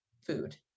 food